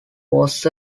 was